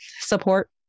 support